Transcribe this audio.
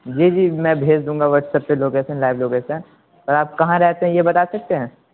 جی جی میں بھیج دوں گا وھاٹسپ سے لوکیسن لائیو لوکیسن اور آپ کہاں رہتے ہیں یہ بتا سکتے ہیں